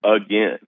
again